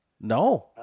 No